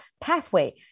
pathway